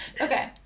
Okay